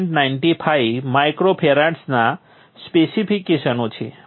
95 micro ફેરાડ્સના સ્પેસિફિકેશનો છે